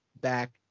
back